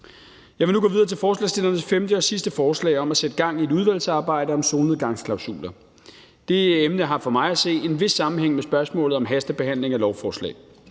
Jeg vil nu gå videre til forslagsstillernes femte og sidste forslag om at sætte gang i et udvalgsarbejde om solnedgangsklausuler. Det emne har for mig at se en vis sammenhæng med spørgsmålet om hastebehandling af lovforslag.